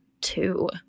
two